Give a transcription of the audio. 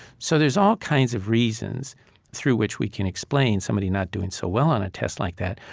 so there's all kinds of reasons through which we can explain somebody not doing so well on a test like that,